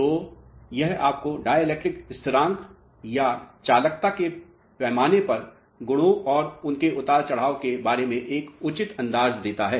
तो यह आपको डिएलेक्ट्रिक स्थिरांक dielectric constant या चालकता के पैमाने पर गुणों और उनके उतार चढ़ाव के बारे में एक उचित अंदाज़ देता है